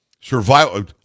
Survival